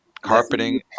Carpeting